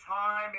time